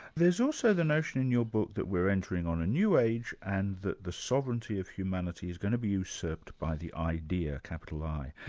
there's also the notion in your book that we're entering on a new age, and that the sovereignty of humanity is going to be usurped by the idea, capital i.